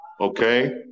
okay